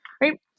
right